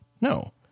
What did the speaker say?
no